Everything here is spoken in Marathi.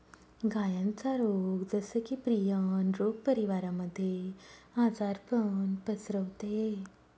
गायांचा रोग जस की, प्रियन रोग परिवारामध्ये आजारपण पसरवते